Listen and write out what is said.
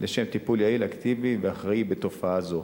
לשם טיפול יעיל, אקטיבי ואחראי בתופעה זו.